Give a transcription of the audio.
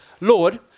lord